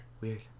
Weird